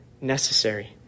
necessary